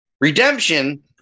Redemption